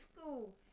school